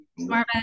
Marvin